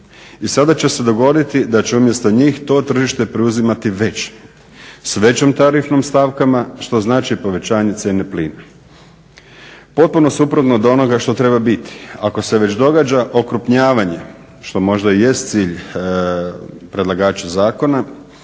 I sada će se dogoditi da će umjesto njih to tržište preuzimati veći, s većom tarifnom stavkom, što znači povećanje cijene plina. Potpuno suprotno od onoga što treba biti, ako se već događa okrupnjavanje što možda i jest cilj predlagača zakona